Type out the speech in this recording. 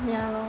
ya lor